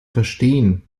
verstehen